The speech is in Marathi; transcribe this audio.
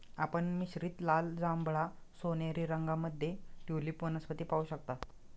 आपण मिश्रित लाल, जांभळा, सोनेरी रंगांमध्ये ट्यूलिप वनस्पती पाहू शकता